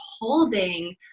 holding